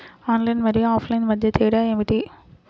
Online మరియు offline మధ్య తేడా ఏమిటీ?